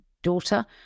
Daughter